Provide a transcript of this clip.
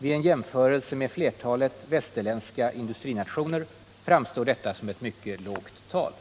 Vid en jämförelse med flertalet västerländska industrinationer framstår detta som ett mycket lågt tal.”